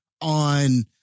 on